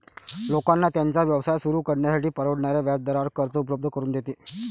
लोकांना त्यांचा व्यवसाय सुरू करण्यासाठी परवडणाऱ्या व्याजदरावर कर्ज उपलब्ध करून देते